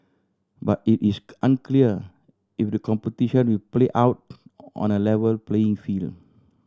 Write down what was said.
but it is unclear if the competition will play out on a level playing field